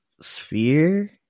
sphere